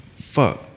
Fuck